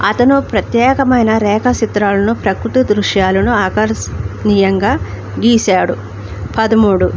అతను ప్రత్యేకమైన రేఖచిత్రాలను ప్రకృతి దృశ్యాలను ఆకర్షణీయంగా గీసాడు పదమూడు